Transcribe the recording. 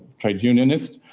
trade unionist,